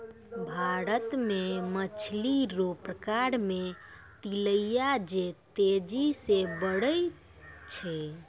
भारत मे मछली रो प्रकार मे तिलैया जे तेजी से बड़ै छै